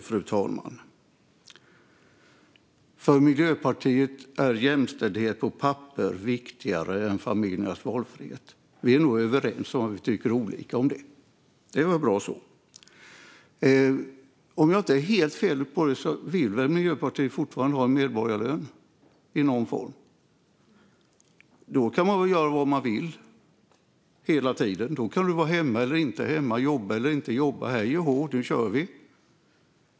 Fru talman! För Miljöpartiet är jämställdhet på papper viktigare än familjernas valfrihet. Vi är nog överens om att vi tycker olika där. Det är väl bra så. Om jag inte helt misstar mig vill väl Miljöpartiet fortfarande ha medborgarlön i någon form. Då kan man väl göra vad man vill - hela tiden. Då kan man vara hemma eller inte hemma, jobba eller inte jobba. Hej och hå, nu kör vi.